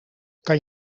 kan